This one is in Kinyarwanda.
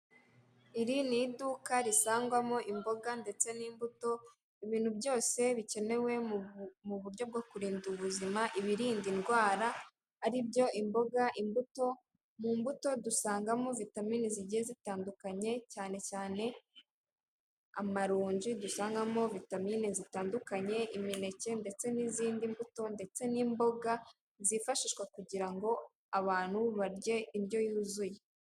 Iri niduka risagwamo imboga ndetse n'imbuto, Ibintu byose bicyenewe muburyo bwo kurinda ubuzima ibirinda irwara aribyo :imboga ,imbuto. mumbuto dusangamo vitamin zigiye zitandukanye cyane cyane amaronji dusangamo vitamin zitandukanye imineke ndetse n'izindi mbuto ndetse n'imboga zifashishwa kugirango abantu barye iryo yuzuye.